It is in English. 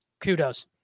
kudos